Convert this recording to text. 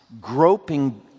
groping